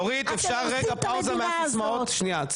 אתם הורסים את המדינה הזאת.